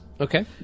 Okay